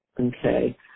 okay